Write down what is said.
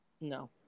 No